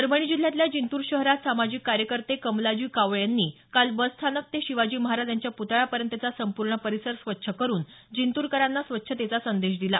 परभणी जिल्ह्यातल्या जिंतूर शहरात सामाजिक कार्यकर्ते कमलाजी कावळे यांनी काल बसस्थानक ते शिवाजी महाराज यांच्या पुतळ्यापर्यंतचा संपूर्ण परिसर स्वच्छ करुन जिंतूरकरांना स्वच्छतेचा संदेश दिला